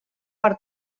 per